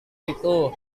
itu